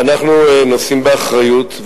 אנחנו נושאים באחריות,